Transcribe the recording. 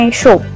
show